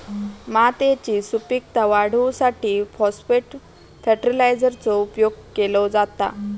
मातयेची सुपीकता वाढवूसाठी फाॅस्फेट फर्टीलायझरचो उपयोग केलो जाता